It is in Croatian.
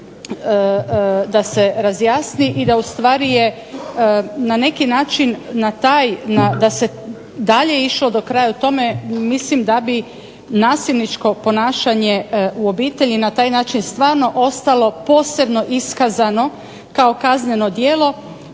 da se razjasni i da u stvari je na neki način na taj, da se dalje išlo do kraja u tome mislim da bi nasilničko ponašanje u obitelji na taj način stvarno ostalo posebno iskazano kao kazneno djelo,